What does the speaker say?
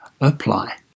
apply